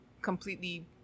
completely